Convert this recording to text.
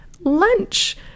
lunch